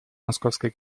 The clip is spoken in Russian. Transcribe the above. московской